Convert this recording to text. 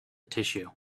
tissue